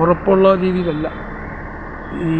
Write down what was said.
ഉറപ്പുള്ള ഉറപ്പുള്ള രീതിയിലല്ല ഈ